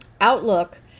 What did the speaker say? outlook